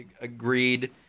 agreed